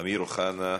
אמיר אוחנה,